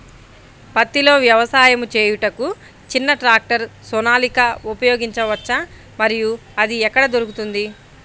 పత్తిలో వ్యవసాయము చేయుటకు చిన్న ట్రాక్టర్ సోనాలిక ఉపయోగించవచ్చా మరియు అది ఎక్కడ దొరుకుతుంది?